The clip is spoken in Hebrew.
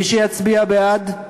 מי שיצביע בעד,